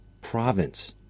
Province